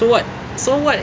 so what so what